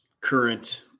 current